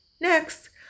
Next